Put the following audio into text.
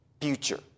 future